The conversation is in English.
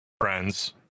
friends